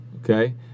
okay